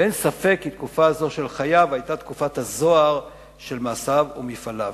אין ספק כי תקופה זו של חייו היתה תקופת הזוהר של מעשיו ומפעליו.